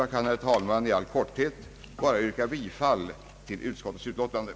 Jag vill, herr talman, i all korthet endast yrka bifall till utskottets hemställan.